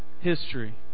history